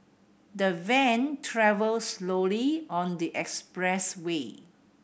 the van travelled slowly on the expressway